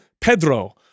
Pedro